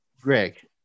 Greg